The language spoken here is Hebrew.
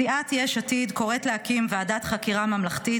סיעת יש עתיד קוראת להקים ועדת חקירה ממלכתית